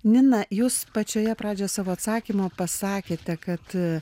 nina jūs pačioje pradžioje savo atsakymo pasakėte kad